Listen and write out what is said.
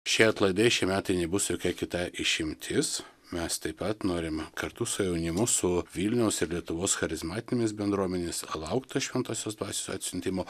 šie atlaidai šie metai nebus jokia kita išimtis mes taip pat norim kartu su jaunimu su vilniaus ir lietuvos charizmatinės bendruomenėmis lauk tos šventosios dvasios atsiuntimo